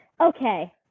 okay